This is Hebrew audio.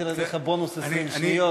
חושב